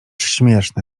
śmieszne